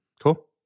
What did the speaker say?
Cool